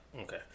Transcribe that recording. Okay